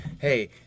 Hey